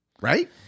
right